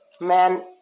man